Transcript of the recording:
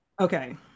Okay